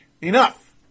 Enough